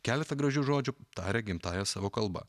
keletą gražių žodžių tarė gimtąja savo kalba